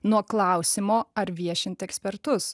nuo klausimo ar viešinti ekspertus